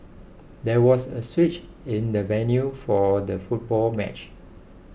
there was a switch in the venue for the football match